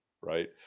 right